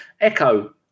Echo